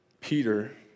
Peter